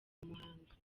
muhanga